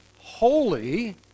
holy